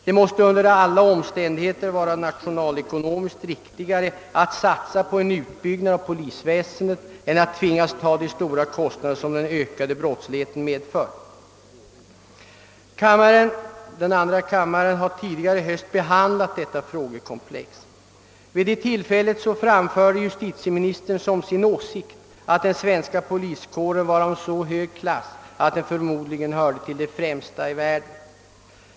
Det måste under alla omständigheter vara nationalekonomiskt riktigare att satsa på en utbyggnad av polisväsendet än att tvingas ta de stora kostnader som den ökade brottsligheten medför. Vi har tidigare i höst behandlat detta frågekomplex i denna kammare, och vid det tillfället angav justitieministern som sin åsikt att den svenska poliskåren var av så hög klass att den förmodligen hörde till de främsta i världen.